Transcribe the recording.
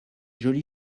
jolie